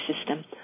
system